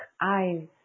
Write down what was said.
eyes